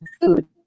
food